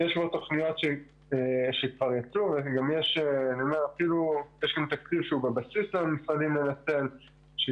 מה יהיו הצרכים שלי